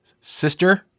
sister